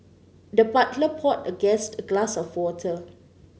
the butler poured the guest a glass of water